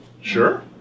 Sure